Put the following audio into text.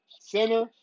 Center